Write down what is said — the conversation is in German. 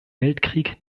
weltkrieg